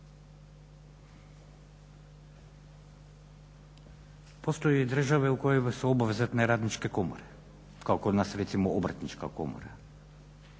Postoje države u kojima su obvezatne radničke komore, kao kod nas recimo Obrtnička komora.